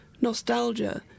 nostalgia